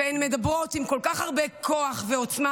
והן מדברות עם כל כך הרבה כוח ועוצמה.